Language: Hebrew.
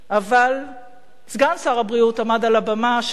אבל סגן שר הבריאות עמד על הבמה שאליה